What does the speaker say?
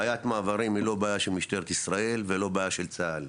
בעיית מעברים היא לא בעיה של משטרת ישראל ולא בעיה של צה"ל.